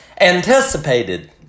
anticipated